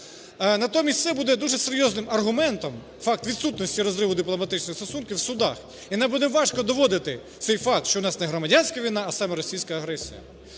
Натомість це буде серйозним аргументом – факт відсутності розриву дипломатичних стосунків в судах – і нам буде важко доводити цей факт, що у нас не громадянська війна, а саме російська агресія.